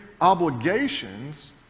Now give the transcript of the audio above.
obligations